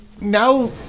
now